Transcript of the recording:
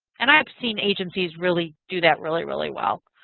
and i have seen agencies really do that really, really well.